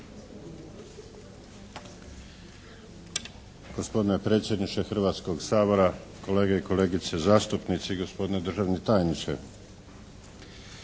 Gospodine predsjedniče Hrvatskog sabora, kolege i kolegice zastupnici, gospodine državni tajniče.